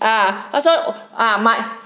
ah so ah